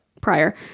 prior